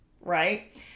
right